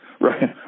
Right